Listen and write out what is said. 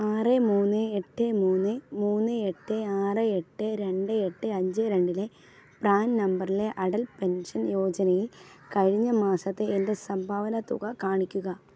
ആറ് മൂന്ന് എട്ട് മൂന്ന് മൂന്ന് എട്ട് ആറ് എട്ട് രണ്ട് എട്ട് അഞ്ച് രണ്ടിലെ പ്രാൻ നമ്പറിലെ അടൽ പെൻഷൻ യോജനയിൽ കഴിഞ്ഞ മാസത്തെ എൻ്റെ സംഭാവന തുക കാണിക്കുക